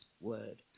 word